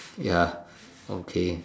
ya okay